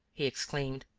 he exclaimed,